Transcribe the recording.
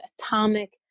atomic